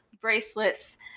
bracelets